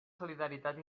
solidaritat